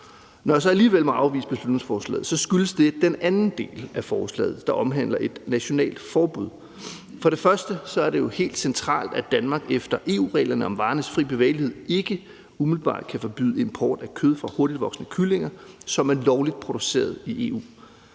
Når jeg så alligevel må afvise beslutningsforslaget, skyldes det den anden del af forslaget, der omhandler et nationalt forbud. For det første er det helt centralt, at Danmark efter EU-reglerne om varernes fri bevægelighed ikke umiddelbart kan forbyde import af kød fra hurtigtvoksende kyllinger, som er lovligt produceret i EU.